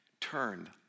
turned